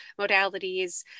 modalities